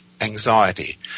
anxiety